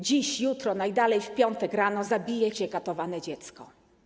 Dziś, jutro, najdalej w piątek rano zabije się katowane dziecko.